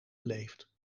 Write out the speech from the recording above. beleefd